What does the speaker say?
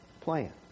plan